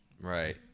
right